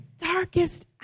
darkest